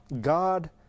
God